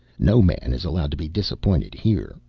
no man is allowed to be disappointed here.